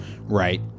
right